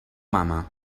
mama